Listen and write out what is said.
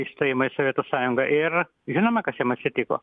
įstojimą į sovietų sąjungą ir žinoma kas jiem atsitiko